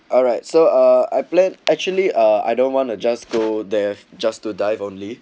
alright so uh I plan actually uh I don't want to just go there just to dive only